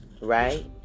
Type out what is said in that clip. right